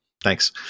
Thanks